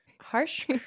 harsh